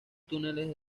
túneles